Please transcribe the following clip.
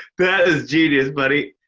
that is genius, buddy.